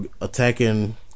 attacking